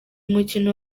mukino